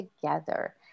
together